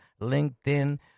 LinkedIn